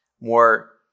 More